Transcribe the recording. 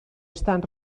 estan